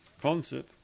concert